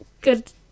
good